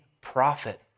prophet